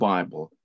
Bible